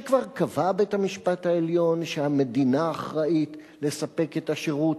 וכבר קבע בית-המשפט העליון שהמדינה אחראית לספק את השירות,